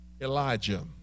Elijah